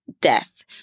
death